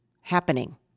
Happening